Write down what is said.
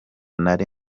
nari